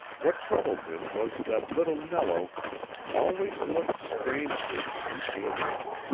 what troubled him was that little nello always looked strangely when he came out,